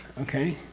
okay?